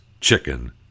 chicken